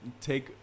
take